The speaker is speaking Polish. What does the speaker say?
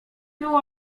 było